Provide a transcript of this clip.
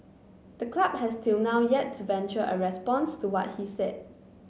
the club has till now yet to venture a response to what he said